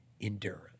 endurance